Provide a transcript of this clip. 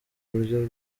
uburyo